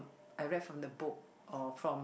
I read from the book or from